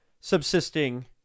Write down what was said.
subsisting